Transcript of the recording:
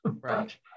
Right